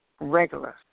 Regular